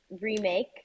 remake